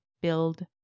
build